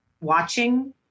watching